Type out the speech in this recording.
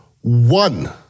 One